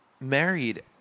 married